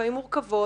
לפעמים מורכבות.